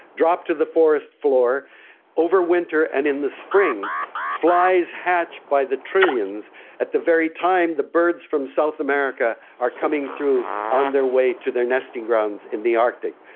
dropped to the forest floor over winter, and in the spring flies hatch by the trillions at the very time the birds from south america are coming through on their way to their nesting grounds in the arctic.